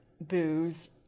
booze